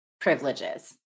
privileges